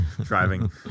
driving